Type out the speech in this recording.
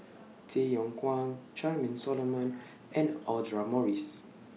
Tay Yong Kwang Charmaine Solomon and Audra Morrice